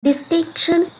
distinctions